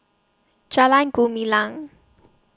Jalan Gumilang